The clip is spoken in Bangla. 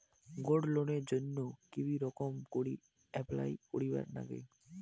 গোল্ড লোনের জইন্যে কি রকম করি অ্যাপ্লাই করিবার লাগে?